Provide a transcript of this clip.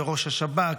בראש השב"כ,